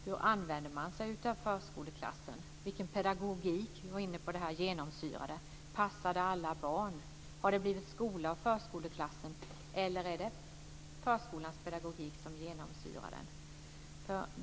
Hur använder man sig av förskoleklassen? Vilken pedagogik, det var vi ju inne på, genomsyrar den? Passar den alla barn? Har det blivit skola av förskoleklassen eller är det förskolans pedagogik som genomsyrar den?